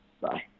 Bye